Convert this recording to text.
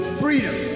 freedom